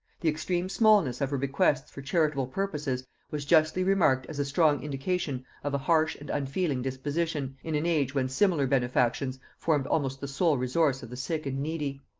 the extreme smallness of her bequests for charitable purposes was justly remarked as a strong indication of a harsh and unfeeling disposition, in an age when similar benefactions formed almost the sole resource of the sick and needy.